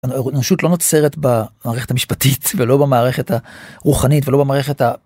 האנושות לא נוצרת במערכת המשפטית ולא במערכת הרוחנית ולא במערכת.